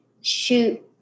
shoot